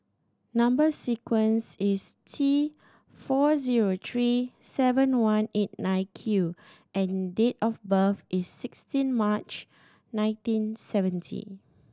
number sequence is T four zero three seven one eight nine Q and date of birth is sixteen March nineteen seventy